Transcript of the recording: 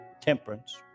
temperance